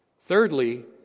Thirdly